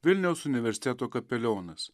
vilniaus universiteto kapelionas